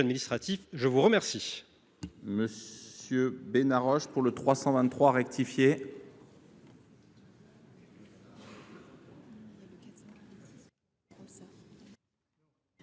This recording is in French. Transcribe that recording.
je vous remercie